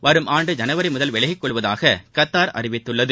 வரும் ஆண்டு ஜனவரி முதல் விலகிக் கொள்வதாக கத்தார் அறிவித்துள்ளது